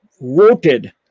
voted